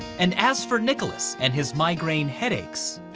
and ask for nicholas and his migraine headaches.